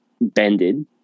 bended